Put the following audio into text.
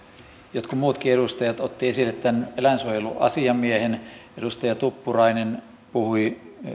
jotkut muutkin edustajat ottivat esille tämän eläinsuojeluasiamiehen edustaja tuppurainen puhui